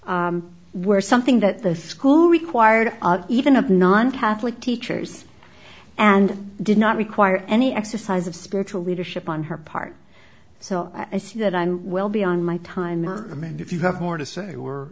s were something that the school required even of non catholic teachers and did not require any exercise of spiritual leadership on her part so i see that i will be on my time i mean if you have more to say